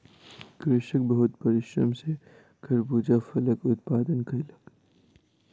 कृषक बहुत परिश्रम सॅ खरबूजा फलक उत्पादन कयलक